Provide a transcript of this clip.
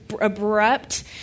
abrupt